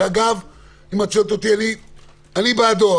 ואני בעדו,